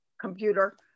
computer